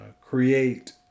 create